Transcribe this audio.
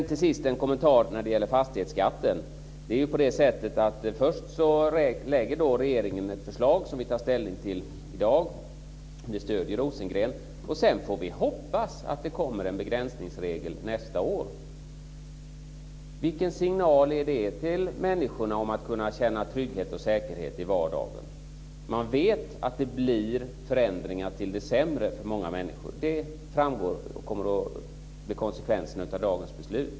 Till sist en kommentar till fastighetsskatten. Först lägger regeringen fram ett förslag som vi tar ställning till i dag. Det stöder Rosengren. Sedan får vi hoppas att det kommer en begränsningsregel nästa år. Vilken signal är det till människorna om att kunna känna trygghet och säkerhet i vardagen? Man vet att det blir förändringar till det sämre för många människor. Det framgår och det kommer att bli konsekvensen av dagens beslut.